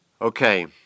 Okay